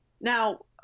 Now